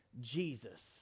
Jesus